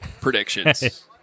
predictions